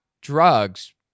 drugs